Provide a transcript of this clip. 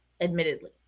admittedly